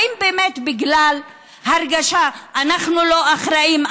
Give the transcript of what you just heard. האם באמת בגלל ההרגשה: אנחנו לא אחראים,